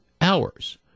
hours